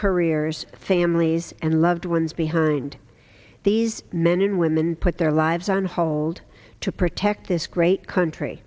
careers families and loved ones behind these men and women put their lives on hold to protect this great country